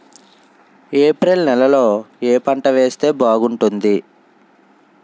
April నెలలో ఏ పంట వేస్తే బాగుంటుంది?